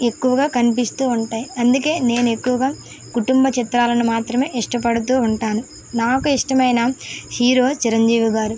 ఎక్కువగా కనిపిస్తూ ఉంటాయి అందుకే నేను ఎక్కువగా కుటుంబ చిత్రాలను మాత్రమే ఇష్టపడుతూ ఉంటాను నాకు ఇష్టమైన హీరో చిరంజీవి గారు